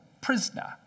prisoner